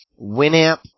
Winamp